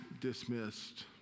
dismissed